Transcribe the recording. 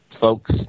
folks